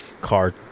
car